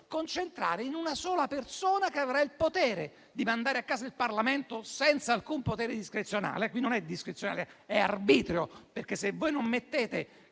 ma in una sola persona che avrà il potere di mandare a casa il Parlamento senza alcun potere discrezionale. Qui non è discrezionalità. È arbitrio perché, se voi non mettete